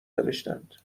نوشتند